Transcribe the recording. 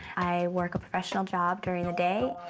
i work a professional job during the day.